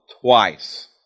twice